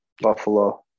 Buffalo